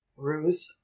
ruth